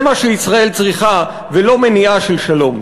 זה מה שישראל צריכה, ולא מניעה של שלום.